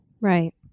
Right